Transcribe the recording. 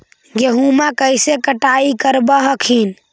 गेहुमा कैसे कटाई करब हखिन?